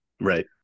Right